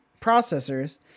processors